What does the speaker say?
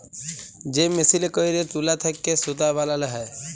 যে মেসিলে ক্যইরে তুলা থ্যাইকে সুতা বালাল হ্যয়